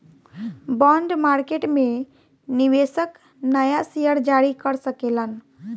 bond market में निवेशक नाया शेयर जारी कर सकेलन